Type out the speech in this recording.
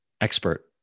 Expert